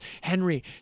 Henry